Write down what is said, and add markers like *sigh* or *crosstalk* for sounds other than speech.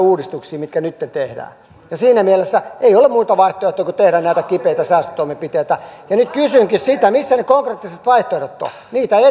uudistuksia mitkä nytten tehdään siinä mielessä ei ole muuta vaihtoehtoa kuin tehdä näitä kipeitä säästötoimenpiteitä nyt kysynkin missä ne konkreettiset vaihtoehdot ovat niitä ei *unintelligible*